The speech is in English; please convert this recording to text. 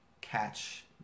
catch